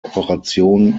operation